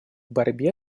борьбе